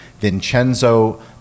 Vincenzo